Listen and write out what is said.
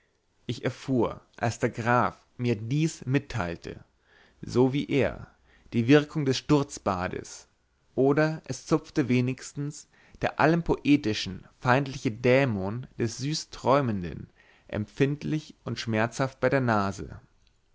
ich erfuhr als der graf mir dies mitteilte so wie er die wirkung des sturzbades oder es zupfte wenigstens der allem poetischen feindliche dämon den süßträumenden empfindlich und schmerzhaft bei der nase